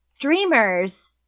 dreamers